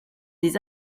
des